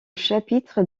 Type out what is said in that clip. chapitre